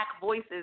voices